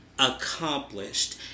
Accomplished